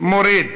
מוריד.